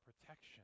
protection